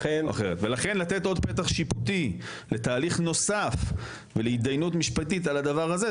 לכן לתת עוד פתח שיפוטי לתהליך נוסף ולהתדיינות משפטית על הדבר הזה,